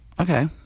Okay